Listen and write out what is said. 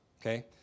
Okay